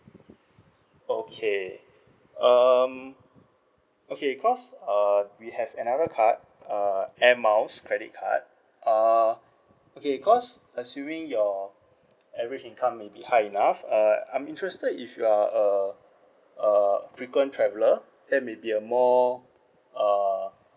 okay um okay cause uh we have another card uh air miles credit card uh okay cause assuming your average income may be high enough uh I'm interested if you're a a frequent traveller that may be a more uh